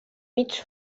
mig